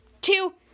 two